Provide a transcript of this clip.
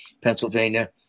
Pennsylvania